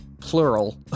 plural